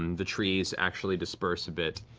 and the trees actually disperse a bit.